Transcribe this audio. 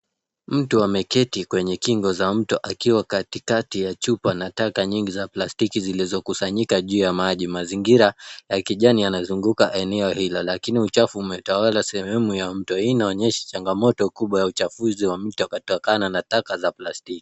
Mtu ameketi kwenye kingo za mto akiwa katikati ya chupa na taka nyingi za plastiki zilizokusanyika juu ya maji. Mazingira ya kijani yanazunguka eneo hilo lakini uchafu umetawala sehemu ya mto. Hii inaonyesha changamoto kubwa ya chafuzi wa mto kutokana na taka za plastiki.